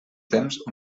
temps